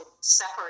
separate